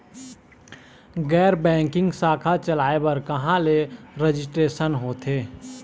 गैर बैंकिंग शाखा चलाए बर कहां ले रजिस्ट्रेशन होथे?